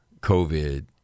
COVID